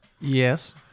Yes